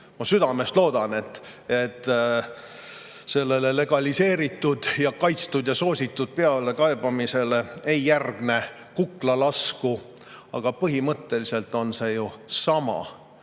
Ma südamest loodan, et sellele legaliseeritud ja kaitstud ja soositud pealekaebamisele ei järgne kuklalasku. Aga põhimõtteliselt on see ju sama: see